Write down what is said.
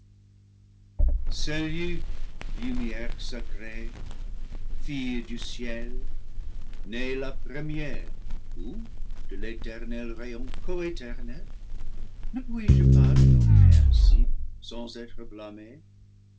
fille du ciel née la première ou de l'éternel rayon coéternel ne puis-je pas te nommer ainsi sans être blâmé